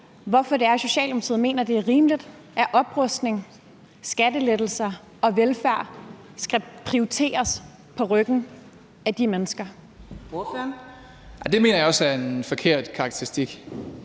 hvorfor det er, Socialdemokratiet mener, det er rimeligt, at oprustning, skattelettelser og velfærd skal prioriteres på ryggen af de mennesker. Kl. 10:38 Fjerde næstformand (Karina